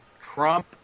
Trump